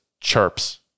Chirps